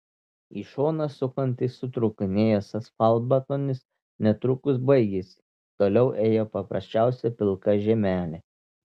į šoną sukantis sutrūkinėjęs asfaltbetonis netrukus baigėsi toliau ėjo paprasčiausia pilka žemelė